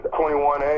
21A